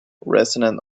resonant